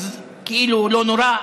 אז כאילו זה לא נורא,